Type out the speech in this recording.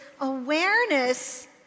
awareness